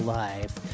life